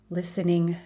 listening